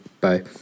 Bye